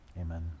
Amen